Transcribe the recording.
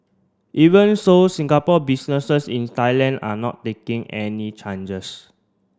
even so Singapore businesses in Thailand are not taking any changes